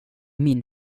min